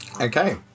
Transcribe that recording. Okay